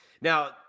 Now